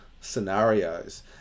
scenarios